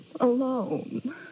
alone